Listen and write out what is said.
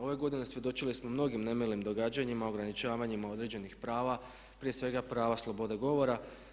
Ove godine svjedočili smo mnogim nemilim događanjima, ograničavanjima određenih prava, prije svega prava slobode govora.